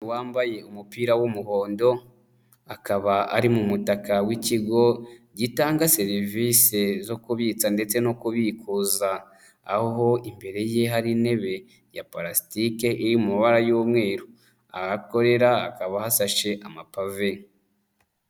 umugore wambaye umupira w'umuhondo, akaba ari mu mutaka w'ikigo gitanga serivisi zo kubitsa, ndetse no kubikuza, aho imbere ye hari intebe ya pulasitike, iri mu mabara y'umweru, aho akorera hakaba hasashe amapave.